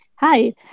Hi